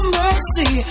mercy